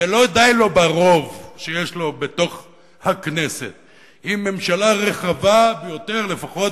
ולא די לו ברוב שיש לו בתוך הכנסת עם ממשלה רחבה ביותר לפחות